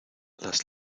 las